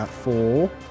Four